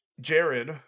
Jared